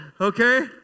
Okay